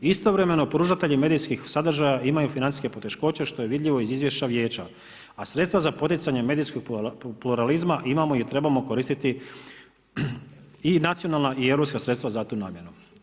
Istovremeno pružatelji medijskih sadržaja imaju financijske poteškoće što je vidljivo iz izvješća Vijeća, a sredstva za poticanje medijskog pluralizma imamo i trebamo koristiti i nacionalna i europska sredstva za tu namjenu.